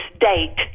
date